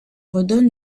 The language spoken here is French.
redonne